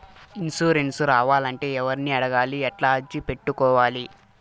Insurance రావాలంటే ఎవర్ని అడగాలి? ఎట్లా అర్జీ పెట్టుకోవాలి?